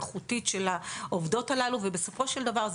איכותית של העובדות הללו ובסופו של דבר,